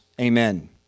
Amen